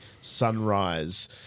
sunrise